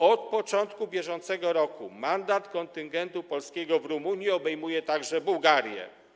Od początku bieżącego roku mandat kontyngentu polskiego w Rumunii obejmuje także Bułgarię.